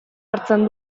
hartzen